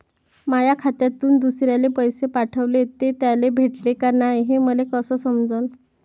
माया खात्यातून दुसऱ्याले पैसे पाठवले, ते त्याले भेटले का नाय हे मले कस समजन?